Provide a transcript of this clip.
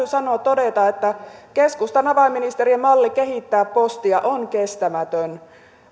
sanoa ja todeta että keskustan avainministerien malli kehittää postia on kestämätön